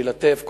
שילטף,